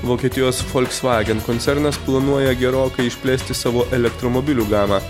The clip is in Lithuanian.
vokietijos folksvagen koncernas planuoja gerokai išplėsti savo elektromobilių gamą